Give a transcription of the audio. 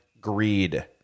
greed